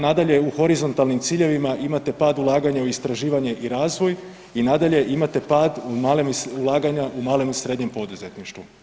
Nadalje u horizontalnim ciljevima imate pad ulaganja u istraživanje i razvoj i nadalje imate pad ulaganja u malom i srednjem poduzetništvu.